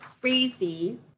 crazy